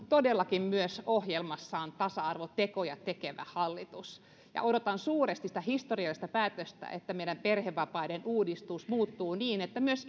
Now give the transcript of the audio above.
todellakin myös ohjelmassaan tasa arvotekoja tekevä hallitus ja odotan suuresti sitä historiallista päätöstä että meidän perhevapaiden uudistus toteutuu niin että myös